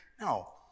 No